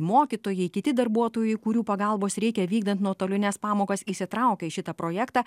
mokytojai kiti darbuotojai kurių pagalbos reikia vykdant nuotolines pamokas įsitraukia į šitą projektą